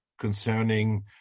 concerning